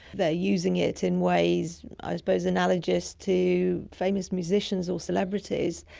they are using it in ways i suppose analogous to famous musicians or celebrities.